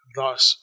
thus